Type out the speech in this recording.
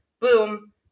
boom